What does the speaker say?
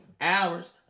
hours